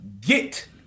get